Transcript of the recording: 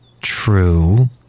true